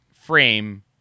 frame